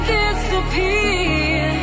disappear